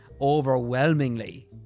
Overwhelmingly